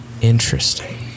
Interesting